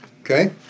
Okay